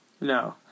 No